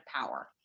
power